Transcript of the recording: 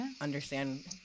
understand